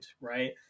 right